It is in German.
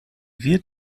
wird